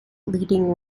leading